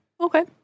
Okay